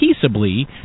peaceably